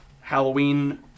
Halloween